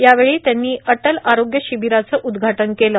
यावेळी त्यांनी अटल आरोग्य शिबीराचं उदघाटन केलं